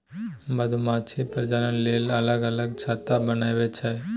मधुमाछी प्रजनन लेल अलग अलग छत्ता बनबै छै